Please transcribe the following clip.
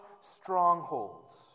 strongholds